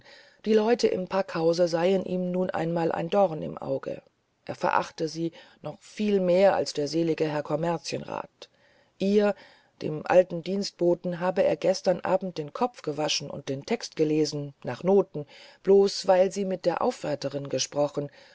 die leute im packhause seien ihm nun einmal ein dorn im auge er verachte sie noch viel mehr als der selige herr kommerzienrat ihr dem alten dienstboten habe er gestern abend den kopf gewaschen und den text gelesen nach noten bloß weil sie mit der aufwärterin gesprochen